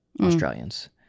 Australians